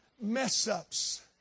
mess-ups